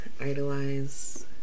idolize